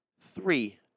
three